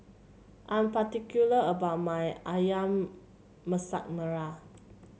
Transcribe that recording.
I'm particular about my ayam Masak Merah